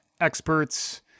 experts